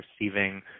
receiving